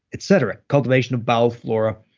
et cetera, compilation of bowel flora.